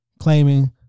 claiming